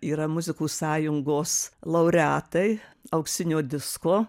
yra muzikų sąjungos laureatai auksinio disko